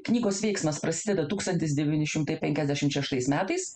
knygos veiksmas prasideda tūkstantis devyni šimtai penkiasdešim šeštais metais